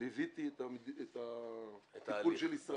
ליוויתי את הטיפול של ישראל.